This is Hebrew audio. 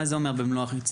מה זה אומר במלוא הרצינות?